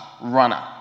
runner